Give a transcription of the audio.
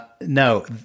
no